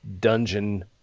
Dungeon